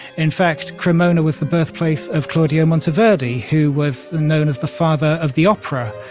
in fact, cremona was the birthplace of claudio monteverdi, who was known as the father of the opera.